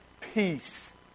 peace